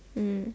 mm